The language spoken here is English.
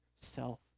self